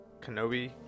Kenobi